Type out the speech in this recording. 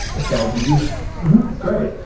if that would be useful great.